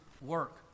work